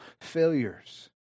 failures